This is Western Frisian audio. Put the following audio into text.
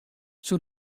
soe